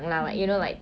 mmhmm